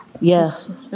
Yes